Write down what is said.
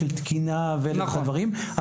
של תקינה וכל יתר הדברים.